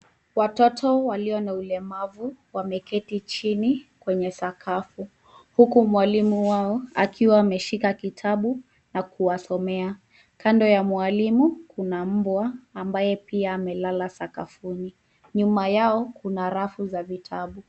Watoto walio na ulemavu wameketi chini kwenye sakafu huku mwalimu wao akiwa ameshika kitabu na kuwasomea. Kando yao kuna mbwa ambaye pia amelala sakafuni. Nyuma yao kuna rafu za vitabu.